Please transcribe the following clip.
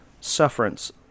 sufferance